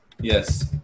yes